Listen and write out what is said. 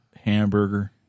hamburger